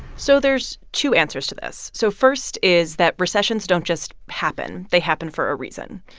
so there's two answers to this. so first is that recessions don't just happen they happen for a reason.